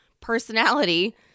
personality